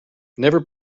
never